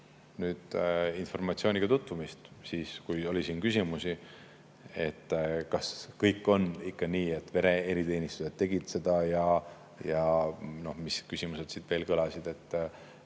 informatsiooniga tutvumist, siis kui oli küsimus, kas kõik on ikka nii, et Vene eriteenistus tegi seda, ja mis küsimused siin veel kõlasid, et